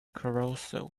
carousel